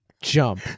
jump